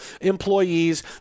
employees